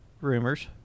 rumors